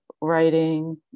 writing